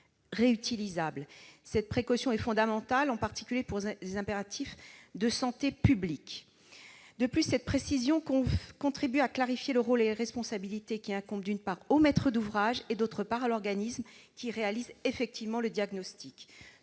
réutilisable ». Cette précaution est fondamentale, en particulier pour des impératifs de santé publique. De plus, cette précision contribue à clarifier le rôle et les responsabilités qui incombent, d'une part, au maître d'ouvrage, et, d'autre part, à l'organisme qui réalise effectivement le diagnostic.